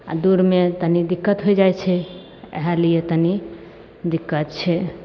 आओर दूरमे तनी दिक्कत होइ जाइ छै एहेलिये तनी दिक्कत छै